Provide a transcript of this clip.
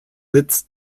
sitz